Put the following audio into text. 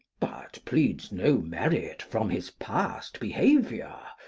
but pleads no merit from his past behaviour.